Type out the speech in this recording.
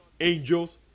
angels